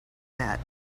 that